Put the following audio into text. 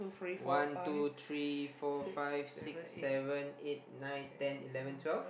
one two three four five six seven eight nine ten eleven twelve